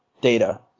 data